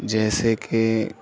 جیسے کہ